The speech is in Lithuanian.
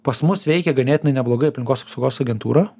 pas mus veikia ganėtinai neblogai aplinkos apsaugos agentūra